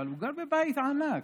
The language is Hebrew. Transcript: הוא גר בבית ענק.